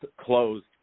closed